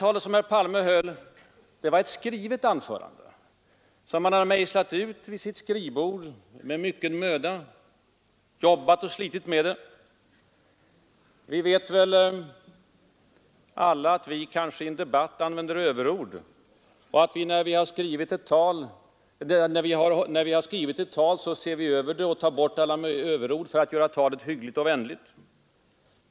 Herr Palme höll ett skrivet anförande som han med mycken möda mejslat ut vid sitt skrivbord — han har säkert jobbat och slitit med det. Vi använder väl alla kanske överord i en debatt. Men i ett i förväg skrivet anförande brukar vi ta bort sådant för att göra talet hyggligt och sakligt.